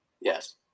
Yes